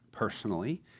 personally